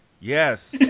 yes